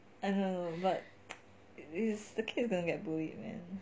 I know I know but the kid is going to get bullied man